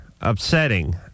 upsetting